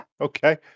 Okay